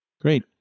Great